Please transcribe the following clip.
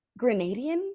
Grenadian